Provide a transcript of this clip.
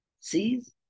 sees